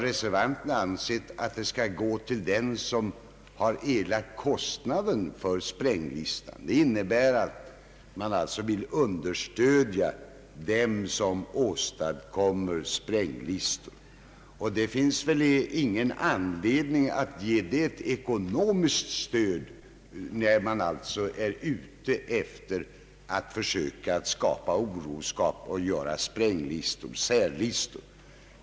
Reservanterna anser att pengarna skall gå till dem som har erlagt kostnaderna för spränglistan. Det innebär alltså att reservanterna vill understödja dem som åstadkommer spränglistor. Det finns enligt min mening ingen anledning att ge ekonomiskt stöd åt dem som är ute efter att skapa oro genom särlistor.